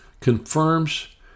confirms